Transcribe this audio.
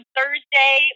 Thursday